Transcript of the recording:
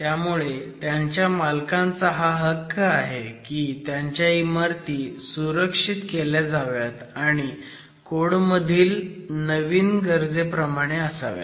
त्यामुळे त्यांच्या मालकांचा हा हक्क आहे की त्यांच्या इमारती सुरक्षित केल्या जाव्यात आणि कोड मधीव नवीन गरजेप्रमाणे असाव्यात